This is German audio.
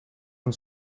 von